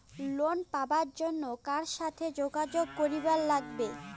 Loan পাবার জন্যে কার সাথে যোগাযোগ করিবার লাগবে?